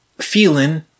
feeling